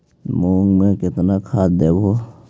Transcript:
मुंग में केतना खाद देवे?